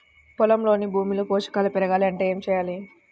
పొలంలోని భూమిలో పోషకాలు పెరగాలి అంటే ఏం చేయాలి?